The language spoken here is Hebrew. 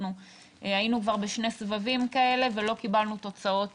כבר היינו בשני סבבים כאלה ולא קיבלנו תוצאות